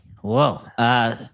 Whoa